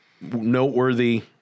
noteworthy